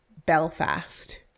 Belfast